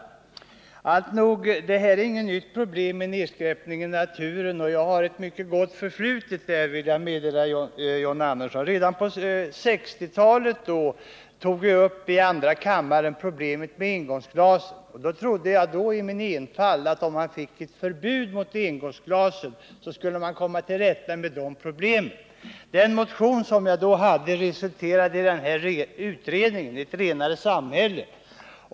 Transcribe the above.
Alltnog: Problemet med nedskräpning i naturen är inte nytt. Jag har ett mycket gott förflutet där, vill jag meddela John Andersson. Redan på 1960-talet tog jag i andra kammaren upp problemet med engångsglasen. Jag trodde då i min enfald att om man fick ett förbud mot engångsglasen, så skulle man komma till rätta med problemen. Den motion jag väckte resulterade i utredningen Ett renare samhälle.